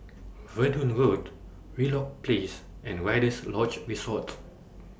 Verdun Road Wheelock Place and Rider's Lodge Resort